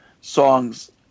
songs